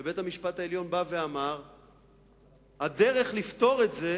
בית-המשפט העליון אמר שהדרך לפתור את זה